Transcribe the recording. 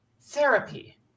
therapy